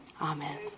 Amen